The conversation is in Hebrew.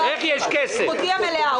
זכותי המלאה.